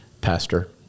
pastor